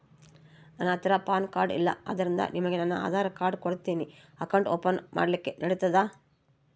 ನನ್ನ ಹತ್ತಿರ PAN card ಇಲ್ಲ ಆದ್ದರಿಂದ ನಿಮಗೆ ನನ್ನ ಆಧಾರ್ ಕಾರ್ಡ್ ಕೊಡ್ತೇನಿ ಅಕೌಂಟ್ ಓಪನ್ ಮಾಡ್ಲಿಕ್ಕೆ ನಡಿತದಾ?